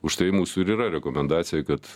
už tai mūsų ir yra rekomendacija kad